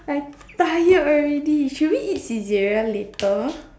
I tired already should we eat Saizeriya later